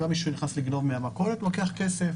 גם מי שנכנס לגנוב מהמכולת לוקח כסף,